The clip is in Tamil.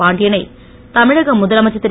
பாண்டியனை தமிழக முதலமைச்சர் திரு